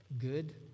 good